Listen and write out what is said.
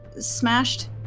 smashed